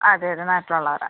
അതെ അതെ നാട്ടിലൊള്ളവരാണ്